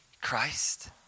Christ